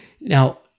Now